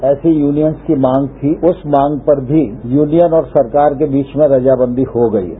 ऐसी यूनियन की मांग थी उस मांग पर भी यूनियन और सरकार के बीच में रजामंदी होगई है